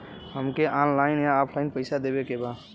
हमके ऑनलाइन या ऑफलाइन पैसा देवे के बा?